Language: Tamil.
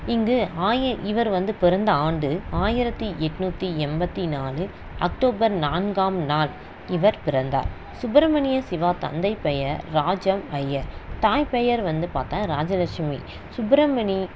இங்கு ஆய இவர் வந்து பிறந்த ஆண்டு ஆயிரத்தி எட்நூற்றி எண்பத்தி நாலு அக்டோபர் நான்காம் நாள் இவர் பிறந்தார் சுப்பிரமணிய சிவா தந்தை பெயர் ராஜம் ஐயர் தாய் பெயர் வந்து பார்த்தா ராஜலட்சுமி சுப்பிரமணிய